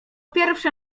pierwsze